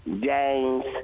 James